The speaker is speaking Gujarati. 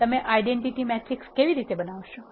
તમે આઇડેન્ટિટી મેટ્રિક્સ કેવી રીતે બનાવશો